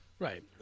Right